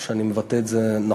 אני חושב שאני מבטא את זה נכון.